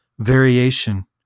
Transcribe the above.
variation